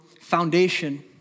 foundation